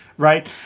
Right